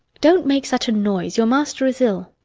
don't make such a noise. your master is ill.